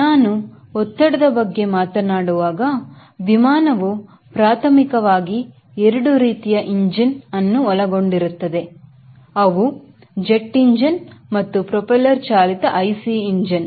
ನಾನು ಒತ್ತಡದ ಬಗ್ಗೆ ಮಾತನಾಡುವಾಗವಿಮಾನವು ಪ್ರಾಥಮಿಕವಾಗಿ ಎರಡು ರೀತಿಯ ಇಂಜಿನ್ ಅನ್ನು ಒಳಗೊಂಡಿರುತ್ತದೆಜೆಟ್ ಎಂಜಿನ್ ಮತ್ತು ಪ್ರಫೈಲರ್ ಚಾಲಿತ IC ಇಂಜಿನ್